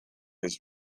his